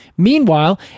Meanwhile